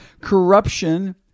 Corruption